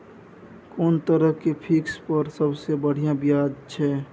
कोन तरह के फिक्स पर सबसे बढ़िया ब्याज छै?